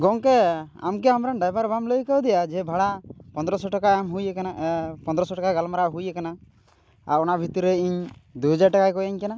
ᱜᱚᱝᱠᱮ ᱟᱢᱠᱤ ᱟᱢᱨᱮᱱ ᱰᱟᱭᱵᱷᱟᱨ ᱵᱟᱢ ᱞᱟᱹᱭ ᱠᱟᱣᱫᱮᱭᱟ ᱡᱮ ᱵᱷᱟᱲᱟ ᱯᱚᱸᱫᱽᱨᱚ ᱥᱚ ᱴᱟᱠᱟ ᱮᱢ ᱦᱩᱭ ᱟᱠᱟᱱᱟ ᱯᱚᱸᱫᱽᱨᱚ ᱥᱚ ᱴᱟᱠᱟ ᱜᱟᱞᱢᱟᱨᱟᱣ ᱦᱩᱭ ᱟᱠᱟᱱᱟ ᱚᱱᱟ ᱵᱷᱤᱛᱤᱨ ᱨᱮ ᱤᱧ ᱫᱩ ᱦᱟᱡᱟᱨ ᱴᱟᱠᱟᱭ ᱠᱚᱭᱤᱧ ᱠᱟᱱᱟ